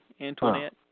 Antoinette